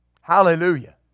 hallelujah